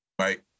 right